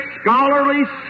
scholarly